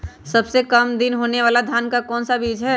सबसे काम दिन होने वाला धान का कौन सा बीज हैँ?